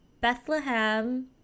Bethlehem